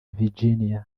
virginia